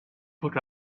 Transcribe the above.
put